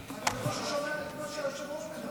אני עובר לנושא הבא: הצעת חוק שירות